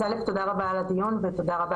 אז אל"ף תודה רבה על הדיון ותודה רבה